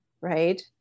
right